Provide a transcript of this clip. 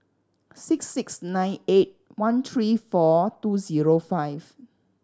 six six nine eight one three four two zero five